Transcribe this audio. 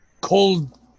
Cold